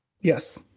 Yes